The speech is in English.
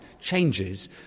changes